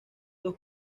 dos